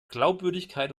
glaubwürdigkeit